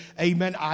amen